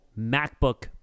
MacBook